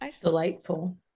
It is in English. delightful